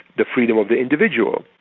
the freedom of the individual.